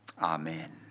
Amen